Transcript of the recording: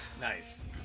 Nice